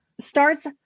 starts